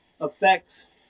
affects